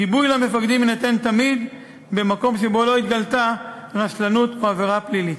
גיבוי למפקדים יינתן תמיד במקום שבו לא התגלתה רשלנות או עבירה פלילית.